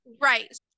right